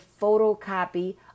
photocopy